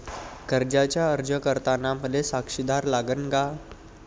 कर्जाचा अर्ज करताना मले साक्षीदार लागन का?